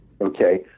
Okay